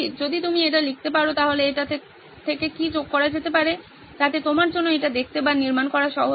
যদি তুমি এটি লিখতে পারো তাহলে এটি থেকে কি যোগ করা যেতে পারে যাতে তোমার জন্য এটি দেখতে বা নির্মাণ করা সহজ হয়